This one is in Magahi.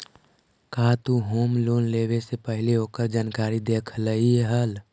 का तु होम लोन लेवे से पहिले ओकर जानकारी देखलही हल?